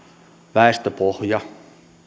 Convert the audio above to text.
väestöpohja ja